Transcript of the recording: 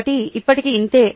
కాబట్టి ఇప్పటికీ ఇంతే